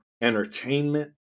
entertainment